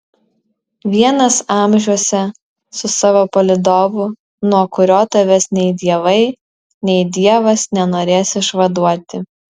vienas amžiuose su savo palydovu nuo kurio tavęs nei dievai nei dievas nenorės išvaduoti